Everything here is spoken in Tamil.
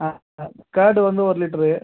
ஆ ஆ கர்டு வந்து ஒரு லிட்ரு